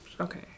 Okay